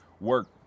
work